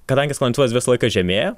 kadangi sklandytuvas visą laiką žemėja